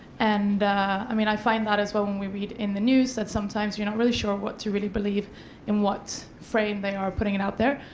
and i mean, i find that as well when we read in the news that sometimes you're not really sure what to really believe and what frame they are putting it out there.